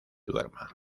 duerma